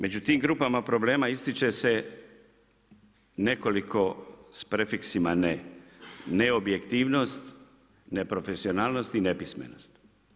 Među tim grupama problema ističe se nekoliko s prefiksima „ne“, neobjektivnost, neprofesionalnost i nepismenost.